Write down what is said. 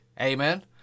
Amen